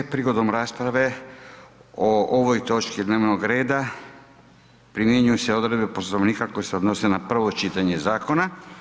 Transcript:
Prigodom rasprave o ovoj točki dnevnog reda primjenjuju se odredbe Poslovnika koje se odnose na prvo čitanje zakona.